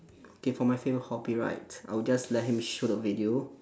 okay for my favourite hobby right I would just let him show the video